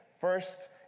first